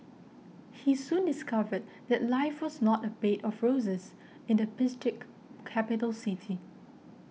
he soon discovered that life was not a bed of roses in the picturesque capital city